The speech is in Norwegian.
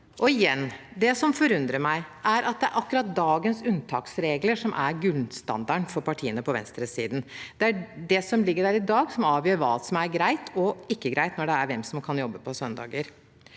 Og igjen: Det som forundrer meg, er at det er akkurat dagens unntaksregler som er gullstandarden for partiene på venstresiden. Det er det som ligger der i dag, som avgjør hva som er greit og ikke greit når det gjelder hvem som kan jobbe på søndager.